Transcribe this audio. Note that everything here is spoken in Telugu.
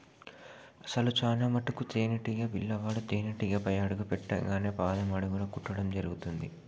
అసలు చానా మటుకు తేనీటీగ పిల్లవాడు తేనేటీగపై అడుగు పెట్టింగానే పాదం అడుగున కుట్టడం జరుగుతుంది